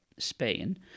spain